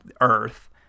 Earth